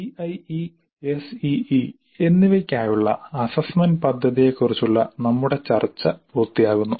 CIE SEE എന്നിവയ്ക്കായുള്ള assessment പദ്ധതിയെക്കുറിച്ചുള്ള നമ്മുടെ ചർച്ച പൂർത്തിയാകുന്നു